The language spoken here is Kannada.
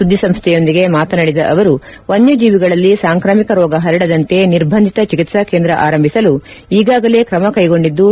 ಸುದ್ದಿ ಸಂಸ್ಥೆಯೊಂದಿಗೆ ಮಾತನಾಡಿದ ಅವರು ವನ್ಯಜೀವಿಗಳಲ್ಲಿ ಸಾಂಕ್ರಾಮಿಕ ರೋಗ ಹರಡದಂತೆ ನಿರ್ಬಂಧಿತ ಚಿಕಿತ್ಪಾ ಕೇಂದ್ರ ಆರಂಭಿಸಲು ಈಗಾಗಲೇ ಕ್ರಮ ಕೈಗೊಂಡಿದ್ಲು